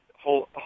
whole—